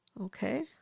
Okay